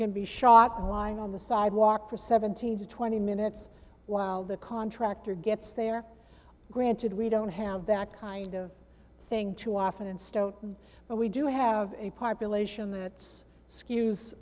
can be shot by lying on the sidewalk for seventeen to twenty minutes while the contractor gets there granted we don't have that kind of thing too often in stoughton but we do have a population that's skews